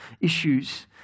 issues